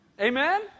Amen